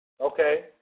Okay